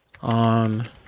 on